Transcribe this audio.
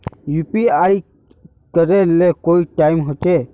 UPI करे ले कोई टाइम होचे?